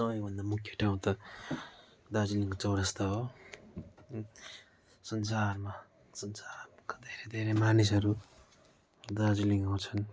सबैभन्दा मुख्य ठाउँ त दार्जिलिङ चौरस्ता हो संसारमा संसारका धेरै धेरै मानिसहरू दार्जिलिङ आउँछन्